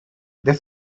they